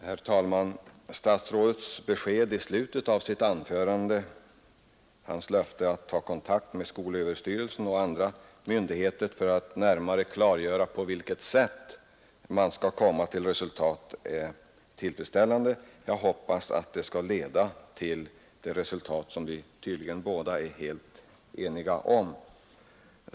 Herr talman! Beskedet i slutet av statsrådet anförande — hans löfte att ta kontakt med skolöverstyrelsen och andra myndigheter för att närmare klargöra på vilket sätt man skall komma till resultat — är tillfredsställande. Jag har därmed nått ett syfte med min fråga. Jag hoppas att det skall leda till det resultat som vi tydligen båda är helt eniga om.